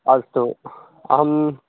अस्तु अहं